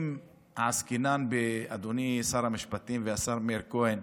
אם עסקינן, אדוני שר המשפטים והשר מאיר כהן,